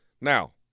Now